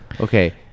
Okay